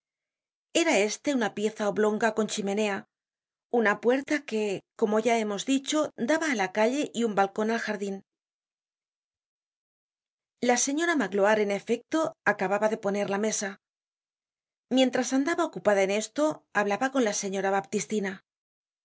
era este una pieza oblonga coií chimenea una puerta que como ya hemos dicho daba á la calle y un balcon al jardin la señora magloire en efecto acababa deponer la mesa mientras andaba ocupada en esto hablaba con la señora baptistina